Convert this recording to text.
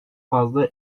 fazla